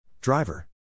Driver